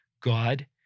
God